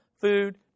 food